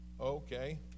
Okay